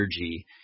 energy